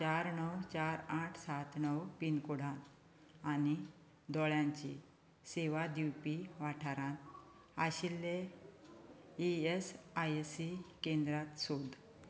चार णव चार आठ सात णव पिनकोडांत आनी दोळ्यांची सेवा दिवपी वाठारांत आशिल्ले इ एस आय सी केंद्रां सोद